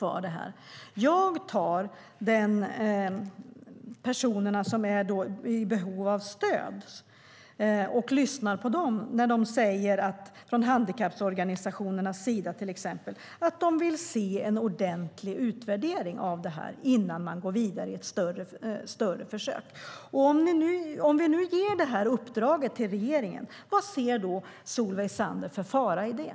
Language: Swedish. Jag lyssnar på de personer som är i behov av stöd, till exempel när handikapporganisationerna säger att de vill se en ordentlig utvärdering av detta innan man går vidare till ett större försök. Om vi nu ger detta uppdrag till regeringen, vilken fara ser Solveig Zander i det?